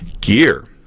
Gear